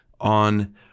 on